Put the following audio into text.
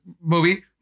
movie